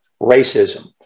racism